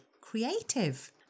creative